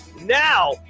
Now